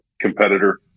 competitor